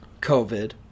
COVID